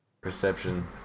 perception